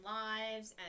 lives